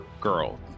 girl